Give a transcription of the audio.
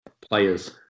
players